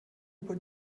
über